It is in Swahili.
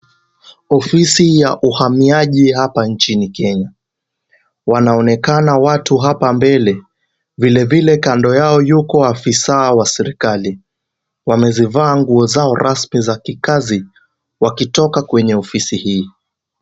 Ofisi ya uhamiaji hapa nchini Kenya. Wanaonekana watu hapa mbele vilevile kando yao yuko afisa wa serikali. Wamezivaa nguo zao rasmi za kikazi wakitoka kwenye ofisi hii.